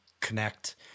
connect